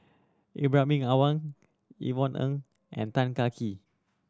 Ibrahim Awang Yvonne Ng and Tan Kah Kee